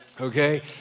okay